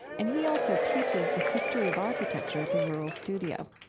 and he also teaches the history of architecture at the rural studio.